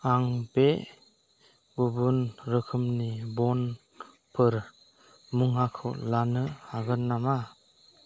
आं बे गुबुन रोखोमनि बनफोर मुवाखौ लानो हागोन नामा